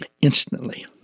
instantly